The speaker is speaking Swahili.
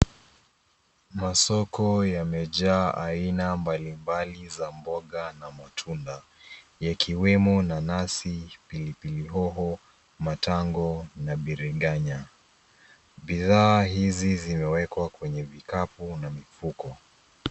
Masoko yamejaa aina mbalimbali za mboga na matunda, yakiwemo nanasi, pilipili hoho, matango na biringanya. Bidhaa hizi zimewekwa kwenye vikapu na mifuko.